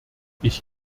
ich